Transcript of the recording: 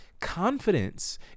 confidence